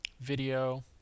video